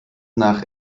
nach